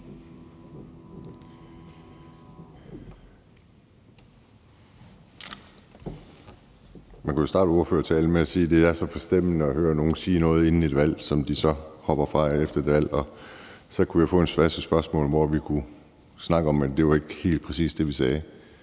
Man kunne jo starte ordførertalen med at sige, at det er så forstemmende at høre nogen sige noget inden et valg, som de så hopper fra efter valget. Så kunne jeg få en masse spørgsmål om det, og at det ikke helt præcis var det, man havde